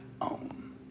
own